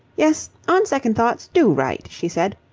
yes, on second thoughts, do write, she said.